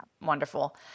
wonderful